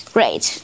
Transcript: Great